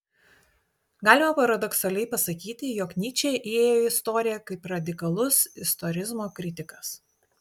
galima paradoksaliai pasakyti jog nyčė įėjo į istoriją kaip radikalus istorizmo kritikas